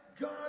God